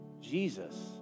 Jesus